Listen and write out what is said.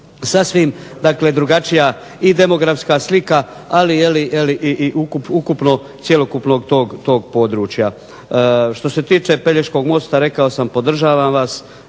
dakle drugačija i demografska slika, ali i ukupno cjelokupnog tog područja. Što se tiče Pelješkog mosta rekao sam podržavam vas,